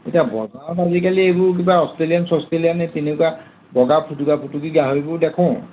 এতিয়া বজাৰত আজিকালি এইবোৰ কিবা অষ্ট্ৰেলিয়ান চষ্ট্ৰেলিয়ানেই তেনেকুৱা বগা ফুটুকা ফুটুকি গাহৰিবোৰ দেখোঁ